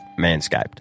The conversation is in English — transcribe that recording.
Manscaped